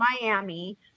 miami